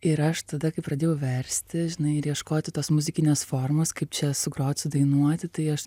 ir aš tada kai pradėjau versti ir ieškoti tos muzikinės formos kaip čia sugrot sudainuoti tai aš